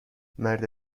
مرد